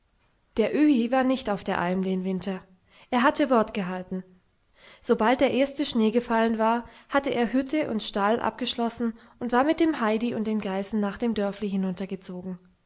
der öhi war nicht auf der alm den winter er hatte wort gehalten sobald der erste schnee gefallen war hatte er hütte und stall abgeschlossen und war mit dem heidi und den geißen nach dem dörfli hinuntergezogen